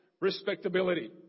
respectability